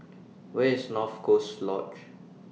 Where IS North Coast Lodge